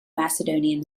macedonian